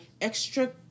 extra